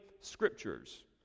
Scriptures